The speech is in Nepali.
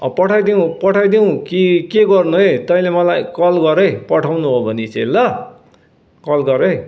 अब पठाइदिउँ पठाइदिउँ कि के गर्नु ए तैँले मलाई कल गर है पठाउनु हो भने चाहिँ ल कल गर है